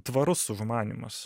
tvarus užmanymas